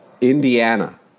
Indiana